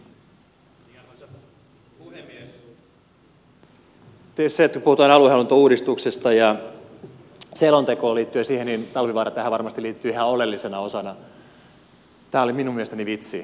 tietysti kun puhutaan aluehallintouudistuksesta ja selonteosta liittyen siihen niin talvivaara tähän varmasti liittyy ihan oleellisena osana